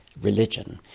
religion.